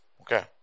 Okay